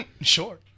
Sure